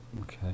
Okay